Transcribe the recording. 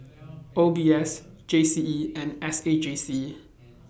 O B S G C E and S A J C